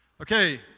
Okay